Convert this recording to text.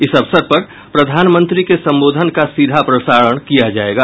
इस अवसर पर प्रधानमंत्री के संबोधन का सीधा प्रसारण किया जायेगा